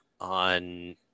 on